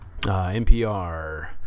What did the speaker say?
NPR